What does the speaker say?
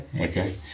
Okay